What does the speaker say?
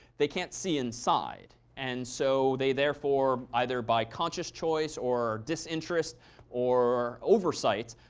they can't see inside. and so they therefore either by conscious choice or disinterest or oversight,